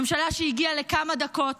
ממשלה שהגיעה לכמה דקות